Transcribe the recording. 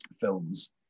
films